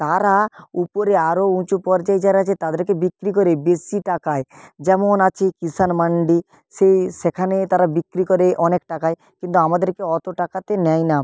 তারা উপরে আরও উঁচু পর্যায়ে যারা আছে তাদেরকে বিক্রি করে বেশি টাকায় যেমন আছে কিষাণ মান্ডি সে সেখানে তারা বিক্রি করে অনেক টাকায় কিন্তু আমাদেরকে অত টাকাতে নেয় না